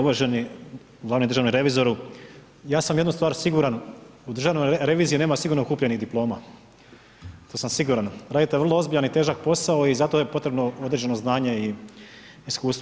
Uvaženi glavni državni revizoru, ja sam jednu stvar siguran, u Državniji reviziji nema sigurno kupljenih diploma, to sam siguran, radite vrlo ozbiljan i težak posao i zato je potrebno određeno znanje i iskustvo.